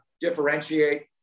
differentiate